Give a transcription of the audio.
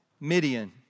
Midian